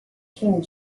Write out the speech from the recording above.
king